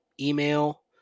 email